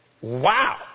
wow